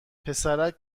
پسرک